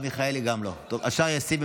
מרב מיכאלי גם לא, מירב,